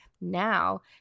now